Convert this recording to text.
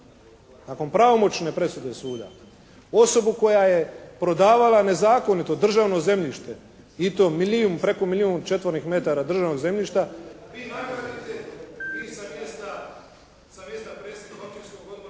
nakon pravomoćne presude suda osobu koja je prodavala nezakonito državno zemljište i to milijun, preko milijun četvornih metara državnog zemljišta … /Govornik isključen, ne